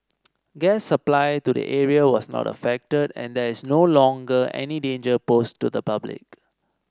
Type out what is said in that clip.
gas supply to the area was not affected and there is no longer any danger posed to the public